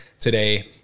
today